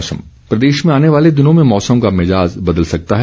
मौसम प्रदेश में आने वाले दिनों में मौसम का मिजाज़ बदल सकता है